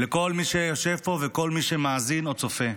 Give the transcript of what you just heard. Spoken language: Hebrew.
לכל מי שיושב פה וכל מי שמאזין או צופה.